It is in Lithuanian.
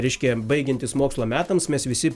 reiškia baigiantis mokslo metams mes visi